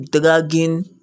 dragging